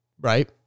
right